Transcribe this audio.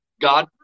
God